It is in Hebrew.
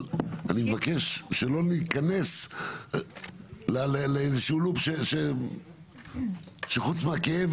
אבל אני מבקש שלא ניכנס לאיזשהו לופ שחוץ מהכאב,